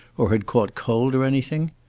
or had caught cold or anything?